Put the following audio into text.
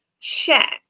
check